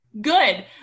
good